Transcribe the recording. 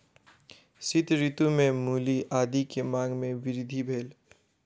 शीत ऋतू में मूली आदी के मांग में वृद्धि भेल